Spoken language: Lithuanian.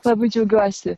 labai džiaugiuosi